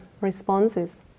responses